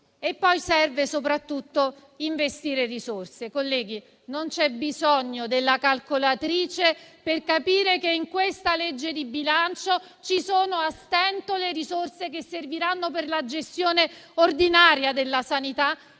poi soprattutto investire risorse. Colleghi, non c'è bisogno della calcolatrice per capire che in questa legge di bilancio ci sono a stento le risorse che serviranno per la gestione ordinaria della sanità